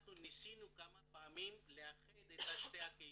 אנחנו ניסינו כמה פעמים לאחד את שתי הקהילות.